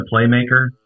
playmaker